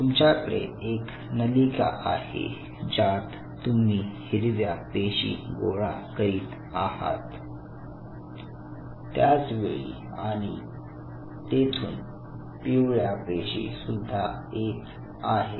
तुमच्याकडे एक नलिका आहे ज्यात तुम्ही हिरव्या पेशी गोळा करीत आहात त्याच वेळी आणि तेथून पिवळ्या पेशी सुद्धा येत आहेत